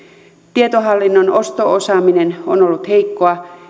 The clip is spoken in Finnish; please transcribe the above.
tietohallinnon osto osaaminen on ollut heikkoa